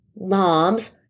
moms